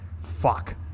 fuck